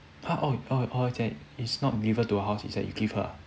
!huh! oh oh is not deliver to her house is you give her ah